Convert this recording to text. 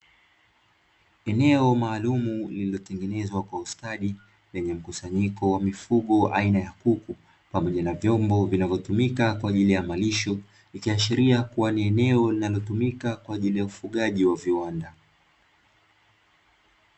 Eneo maalumu, lililotengenezwa kwa ustadi, lenye mkusanyiko wa mifugo aina ya kuku pamoja na vyombo vinavyotumika kwa ajili ya malisho, ikiashiria kuwa ni eneo linalotumika kwa ajili ya ufugaji wa viwanda.